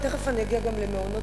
תיכף אני אגיע גם למעונות-היום.